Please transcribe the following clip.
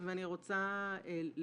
אני כבר שנה מתעסקת עם זה,